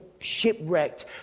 shipwrecked